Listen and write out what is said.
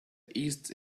east